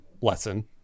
lesson